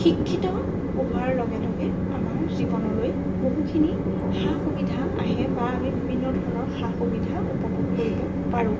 শিক্ষিত হোৱাৰ লগে লগে আমাৰ জীৱনলৈ বহুখিনি সা সুবিধা আহে বা আমি বিভিন্ন ধৰণৰ সা সুবিধা উপভোগ কৰিব পাৰোঁ